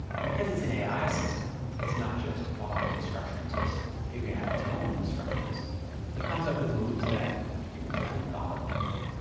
and because it's an a i. system it's not just following instructions, it's figuring out its own instructions it comes up with moves that humans hadn't thought of before.